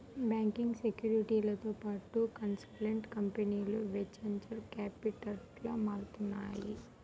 banking, సెక్యూరిటీలతో పాటు consultancy కంపెనీలు వెంచర్ క్యాపిటల్గా మారుతున్నాయి